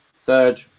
Third